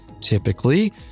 Typically